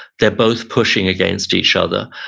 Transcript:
they're both pushing against each other,